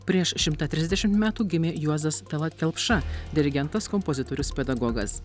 prieš šimtą trisdešimt metų gimė juozas talat kelpša dirigentas kompozitorius pedagogas